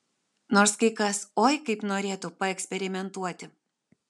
nors kai kas oi kaip norėtų paeksperimentuoti